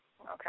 Okay